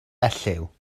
elliw